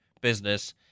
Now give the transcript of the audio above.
business